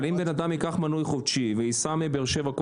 אבל אם אדם ייקח מנוי חודשי וייסע מבאר שבע,